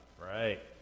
Right